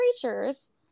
creatures